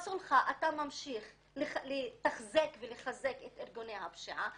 בסולחה אתה ממשיך לתחזק ולחזק את ארגוני הפשיעה.